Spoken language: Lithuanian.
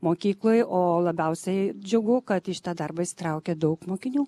mokykloj o labiausiai džiugu kad į šitą darbą įsitraukė daug mokinių